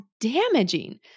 damaging